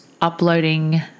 uploading